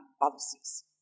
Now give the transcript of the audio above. policies